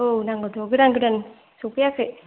औ नांगौथ' गोदान गोदान सफैयाखै